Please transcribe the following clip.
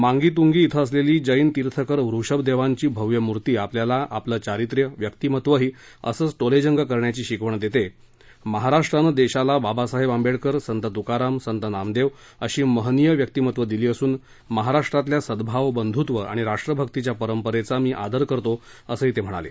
मांगी तुंगी इथं असलेली जैन तीर्थकर वृषभ देवांची भव्य मूर्ती आपल्याला आपलं चरित्र्यं व्यक्तीमत्वंही असंच टोलेजंग करण्याची शिकवण देते महाराष्ट्रांन देशाला बाबासाहेब आंबेडकर संत तुकाराम संत नामदेव अशी महनीय व्यक्तीमत्वं दिली असून महाराष्ट्रातल्या सद्भभाव बंधुत्व आणि राष्ट्रभक्तीच्या परंपरेचा मी आदर करतो असंही ते म्हणाले